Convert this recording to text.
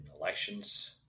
elections